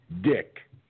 dick